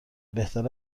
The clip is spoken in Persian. بهتر